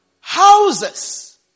houses